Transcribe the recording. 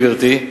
גברתי,